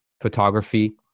photography